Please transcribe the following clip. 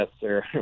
sir